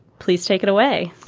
please take it away.